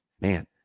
man